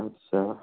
अच्छा